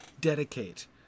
dedicate